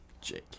Jake